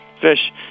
Fish